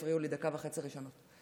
הפריעו לי בדקה וחצי הראשונות.